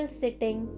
sitting